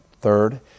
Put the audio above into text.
third